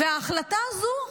וההחלטה הזו,